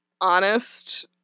honest